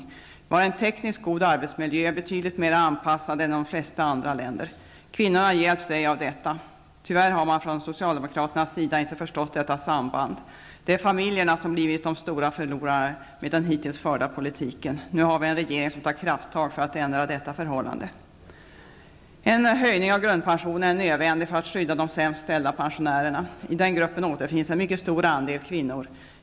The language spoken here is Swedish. Vi har en tekniskt god arbetsmiljö, betydligt mer anpassad än i de flesta andra länder. Kvinnorna hjälps ej av detta. Tyvärr har man från socialdemokraternas sida inte förstått detta samband. Det är familjerna som blivit de stora förlorarna med den hittills förda politiken. Nu har vi en regering som tar krafttag för att ändra detta förhållande. En höjning av grundpensionen är nödvändig för att skydda de sämst ställda pensionärerna. I den gruppen återfinns en mycket stor andel kvinnor.